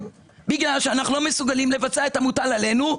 בגלל שאנחנו לא מסוגלים לבצע את המוטל עלינו,